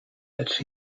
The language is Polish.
lecz